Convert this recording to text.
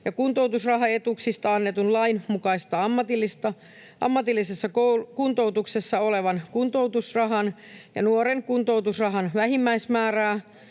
ja kuntoutusrahaetuuksista annetun lain mukaista ammatillisessa kuntoutuksessa olevan kuntoutusrahan ja nuoren kuntoutusrahan vähimmäismäärää,